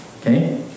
Okay